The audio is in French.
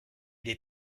des